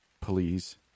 Please